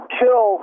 kill